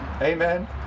Amen